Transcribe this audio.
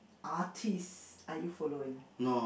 artist are you following